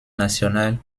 nationale